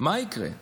מה יקרה?